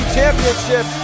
championship